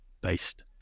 based